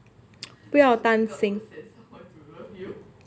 不要担心